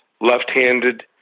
left-handed